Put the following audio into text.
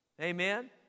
Amen